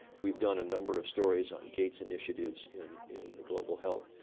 we've done a number of stories on gates initiatives in in global health.